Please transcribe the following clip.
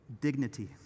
dignity